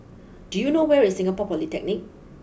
do you know where is Singapore Polytechnic